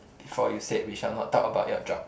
before you said we shall not talk about your job